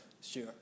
sure